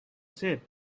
shape